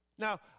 Now